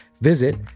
visit